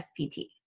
SPT